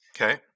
okay